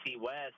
West